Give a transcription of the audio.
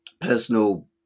personal